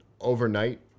overnight